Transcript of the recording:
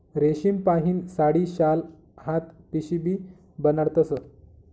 रेशीमपाहीन साडी, शाल, हात पिशीबी बनाडतस